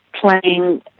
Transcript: playing